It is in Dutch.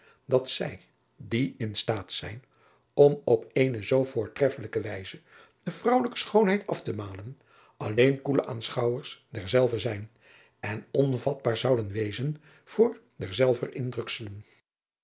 dat zij die in staat zijn om op eene zoo voortreffelijke wijze de vrouwelijke schoonheid af te malen alleen koele aanschouwers derzelve zijn en onvatbaar zouden wezen voor derzelver